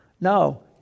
No